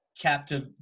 captive